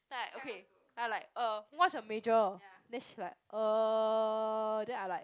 then I like okay I'm like uh what's your major then she's like uh then I like